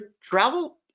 travel